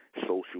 social